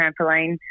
trampoline